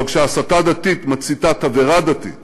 אבל, כשהסתה דתית מציתה תבערה דתית